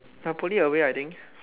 napoli away I think